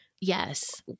yes